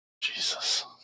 Jesus